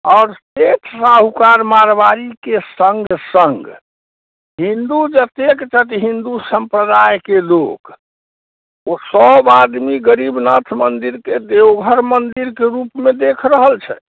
आओर एक साथ मारवाड़ीके सङ्ग सङ्ग हिन्दू जतेक छथि हिन्दू सम्प्रदायके लोक ओ सभ आदमी गरीबनाथ मन्दिरके देवघर मन्दिरके रूपमे देखि रहल छथि